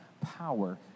power